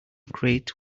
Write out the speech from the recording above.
crate